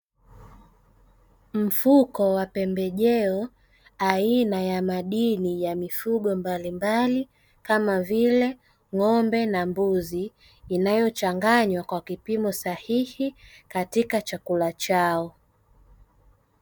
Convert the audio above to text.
Mfumo wa pembejeo aina ya madini ya mifugo mbalimbali, kama vile ng'ombe na mbuzi, inayochanganywa kwa kipimo sahihi katika chakula chao.